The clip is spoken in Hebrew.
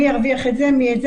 מי הרוויח מזה?